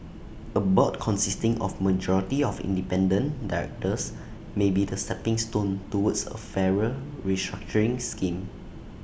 A board consisting of majority of independent directors may be the stepping stone towards A fairer restructuring scheme